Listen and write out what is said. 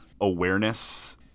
awareness